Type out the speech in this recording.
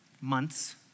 months